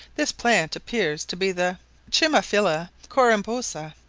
this plant appears to be the chimaphila corymbosa,